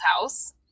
house